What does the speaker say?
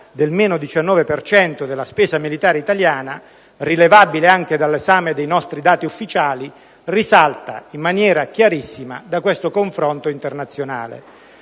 per cento della spesa militare italiana, rilevabile anche dall'esame dei nostri dati ufficiali, risalta in maniera chiarissima da questo confronto internazionale.